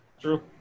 True